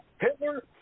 Hitler